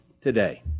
today